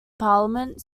parliament